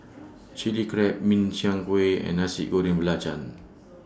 Chilli Crab Min Chiang Kueh and Nasi Goreng Belacan